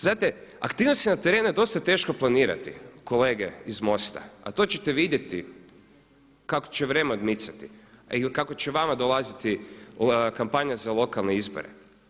Znate, aktivnosti na terenu je dosta teško planirati kolege iz MOST-a, a to ćete vidjeti kako će vrijeme odmicati i kako će i vama dolaziti kampanja za lokalne izbore.